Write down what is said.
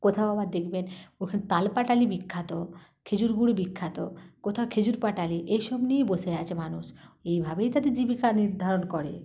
কোথাও আবার দেখবেন ওখানে তালপাটালি বিখ্যাত খেজুর গুঁড় বিখ্যাত কোথাও খেজুর পাটালি এসব নিয়ে বসে আছে মানুষ এইভাবেই তাদের জীবিকা নির্ধারণ করে